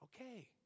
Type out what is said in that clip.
okay